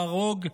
להרוג,